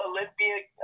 Olympic